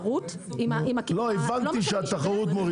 --- הבנתי שהתחרות מורידה,